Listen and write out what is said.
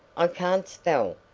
i can't spell.